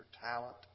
talent